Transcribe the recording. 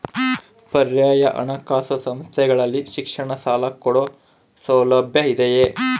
ಪರ್ಯಾಯ ಹಣಕಾಸು ಸಂಸ್ಥೆಗಳಲ್ಲಿ ಶಿಕ್ಷಣ ಸಾಲ ಕೊಡೋ ಸೌಲಭ್ಯ ಇದಿಯಾ?